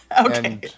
okay